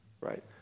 Right